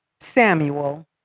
Samuel